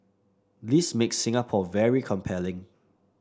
this makes Singapore very compelling